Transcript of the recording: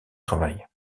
travail